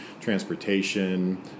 transportation